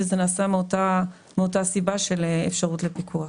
וזה נעשה מאותה סיבה של אפשרות לפקח.